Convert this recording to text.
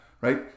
right